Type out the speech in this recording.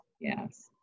Yes